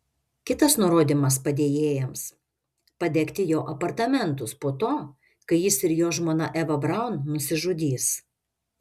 kitas nurodymas padėjėjams padegti jo apartamentus po to kai jis ir jo žmona eva braun nusižudys